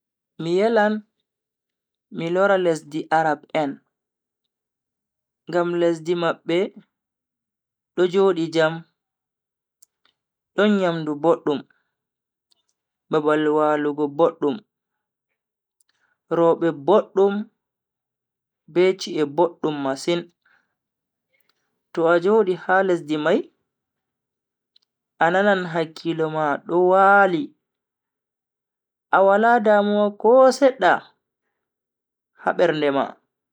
Mi yelan mi lora lesdi arab en, ngam lesdi mabbe do jodi jam, don nyamdu boddum, babal walugo boddum, robe boddum be chi'e boddum masin, to a jodi ha lesdi mai a nanan hakkilo ma do wali a wala damuwa ko sedda ha bernde ma.